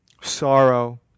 sorrow